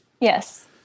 Yes